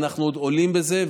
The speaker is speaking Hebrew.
ואנחנו עוד עולים בזה.